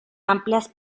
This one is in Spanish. amplias